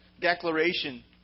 declaration